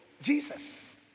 Jesus